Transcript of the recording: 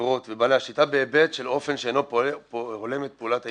החברות ובעלי השליטה בהיבט של אופן שאינו הולם את פעולת העירייה.